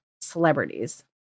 celebrities